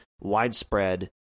widespread